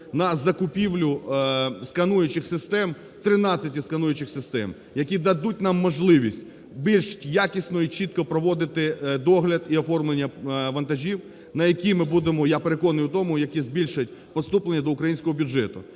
на закупівлю скануючих систем, 13 із скануючих систем, які дадуть нам можливість більш якісно і чітко проводити догляд і оформлення вантажів, на які ми будемо, я переконаний в тому, які збільшать поступлення до українського бюджету.